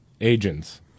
agents